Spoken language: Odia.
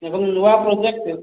ସେ ପୁଣି ନୂଆଁ ପ୍ରୋଜେକ୍ଟ